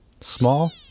Small